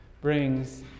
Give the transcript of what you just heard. brings